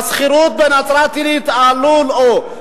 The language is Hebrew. והשכירות בנצרת-עילית עלולה,